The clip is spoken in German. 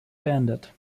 beendet